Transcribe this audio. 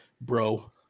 Bro